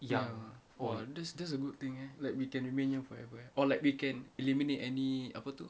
young ah !wah! tha~ that's a good thing eh like we can remain forever or like we can eliminate any apa tu